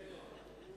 למדתי את זה מש"ס.